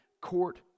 court